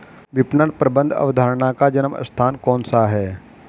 विपणन प्रबंध अवधारणा का जन्म स्थान कौन सा है?